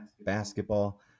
basketball